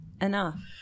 enough